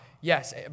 Yes